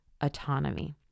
autonomy